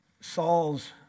Saul's